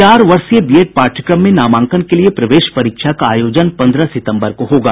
चार वर्षीय बीएड पाठ्यक्रम में नामांकन के लिये प्रवेश परीक्षा का आयोजन पंद्रह सितंबर को होगा